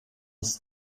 ist